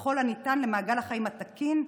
וככל הניתן למעגל החיים התקין.